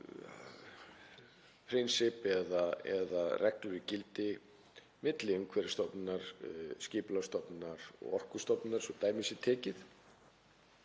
prinsipp eða reglur í gildi milli Umhverfisstofnunar, Skipulagsstofnunar og Orkustofnunar, svo að dæmi sé tekið.